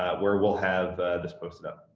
where we'll have this posted up.